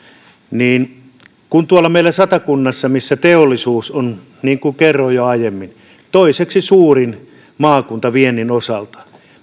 meillä tuolla satakunnassa teollisuus on niin kuin kerroin jo aiemmin toiseksi suurin maakuntaviennin osalta